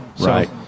Right